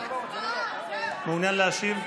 מעוניין להשיב?